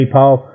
Paul